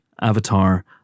Avatar